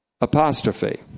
apostrophe